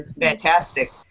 fantastic